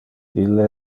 ille